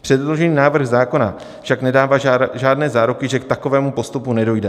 Předložený návrh zákona však nedává žádné záruky, že k takovému postupu nedojde.